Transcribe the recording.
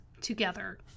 together